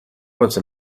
واسه